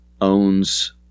owns